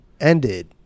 ended